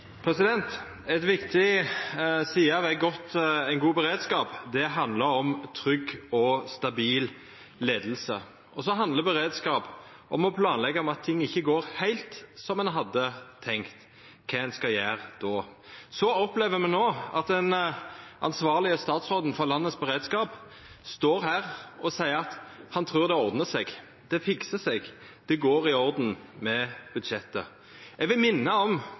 god beredskap handlar om trygg og stabil leiing. Så handlar beredskap om å planleggja for at ting ikkje går heilt som ein hadde tenkt, og kva ein skal gjera då. Me opplever no at den ansvarlege statsråden for landets beredskap står her og seier at han trur det ordnar seg, det fiksar seg, det går i orden med budsjettet. Eg vil minna om